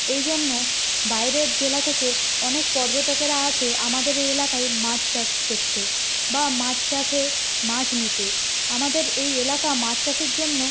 এই জন্য বাইরের জেলা থেকে অনেক পর্যটকেরা আসে আমাদের এই এলাকায় মাছ চাষ দেখতে বা মাছ চাষের মাছ নিতে আমাদের এই এলাকা মাছ চাষের জন্য